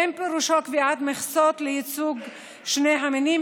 אין פירושו קביעת מכסות לייצוג שני המינים